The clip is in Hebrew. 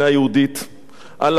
על אפך ועל חמתך,